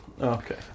Okay